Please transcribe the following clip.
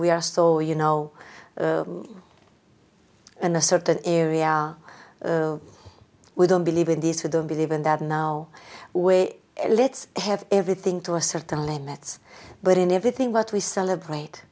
we are so you know in a certain area we don't believe in this or don't believe in that now where let's have everything to a certain limits but in everything what we celebrate